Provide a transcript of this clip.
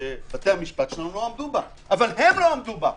שבתי המשפט שלנו לא עמדו בה, אבל הם לא עמדו בה.